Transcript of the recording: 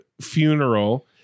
funeral